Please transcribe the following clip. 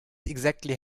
exactly